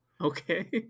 okay